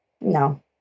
no